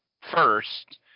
first